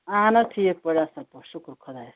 اہن حظ ٹھیٖک پٲٹھۍ اَصٕل پٲٹھۍ شُکُر خۄدایَس کُن